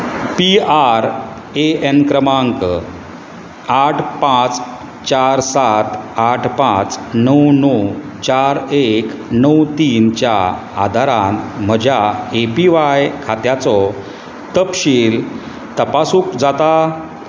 P R A N क्रमांक आठ पांच चार सात आठ पांच णव णव चार एक णव तीनच्या आदारान म्हज्या ए पी वाय खात्याचो तपशील तपासूंक जाता